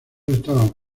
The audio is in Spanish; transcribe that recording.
estaban